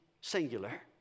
singular